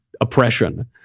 oppression